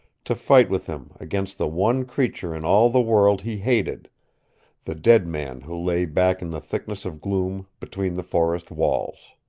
to fight with him against the one creature in all the world he hated the dead man who lay back in the thickness of gloom between the forest walls.